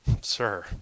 Sir